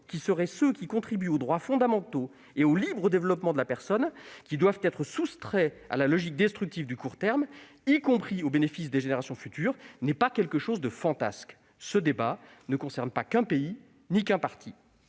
qui seraient ceux qui contribuent aux droits fondamentaux et au libre développement de la personne, qui doivent être soustraits à la logique destructive du court terme, y compris au bénéfice des générations futures, n'est pas quelque chose de fantasque. Ce débat ne concerne pas qu'un pays ni qu'un parti.